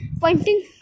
pointing